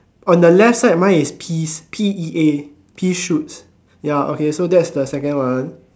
on the left side mine is peas p e a pea shoot ya okay so that's the second one